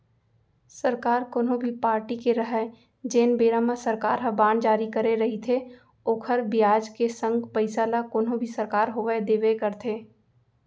सरकार कोनो भी पारटी के रहय जेन बेरा म सरकार ह बांड जारी करे रइथे ओखर बियाज के संग पइसा ल कोनो भी सरकार होवय देबे करथे